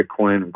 Bitcoin